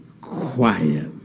quiet